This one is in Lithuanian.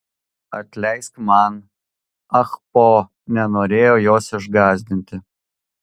atleisk man ahpo nenorėjau jos išgąsdinti